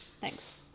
Thanks